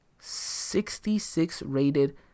66-rated